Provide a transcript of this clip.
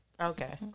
Okay